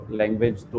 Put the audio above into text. language